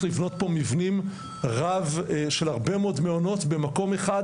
לבנות פה מבנים של הרבה מאוד מעונות במקום אחד,